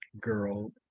girl